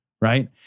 right